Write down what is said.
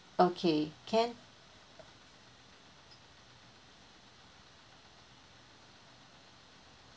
okay can